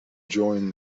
join